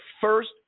first